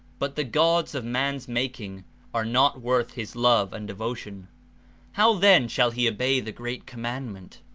but the gods of man's making are not worth his love and devotion how then shall he obey the great commandment?